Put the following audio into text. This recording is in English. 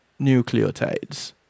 nucleotides